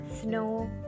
snow